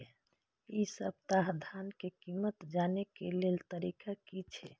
इ सप्ताह धान के कीमत जाने के लेल तरीका की छे?